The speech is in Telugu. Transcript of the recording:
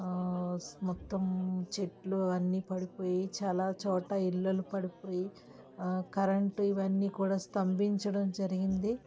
మొత్తం చెట్లు అన్నీ పడిపోయి చాలా చోట ఇల్లలు పడిపోయి కరెంటు ఇవన్నీ కూడా స్తంభించడం జరిగింది